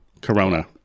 Corona